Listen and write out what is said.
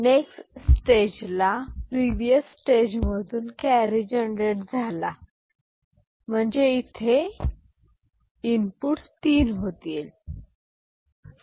next stage ला previous stage मधून carry generate झाला म्हणजे इथे 3 इनपुट्स होतील